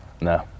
No